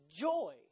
joy